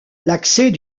l’accès